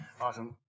Awesome